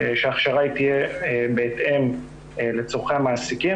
שההכשרה תהיה בהתאם לצורכי המעסיקים,